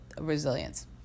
resilience